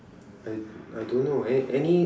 I I don't know a~ any